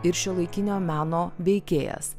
ir šiuolaikinio meno veikėjas